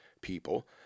people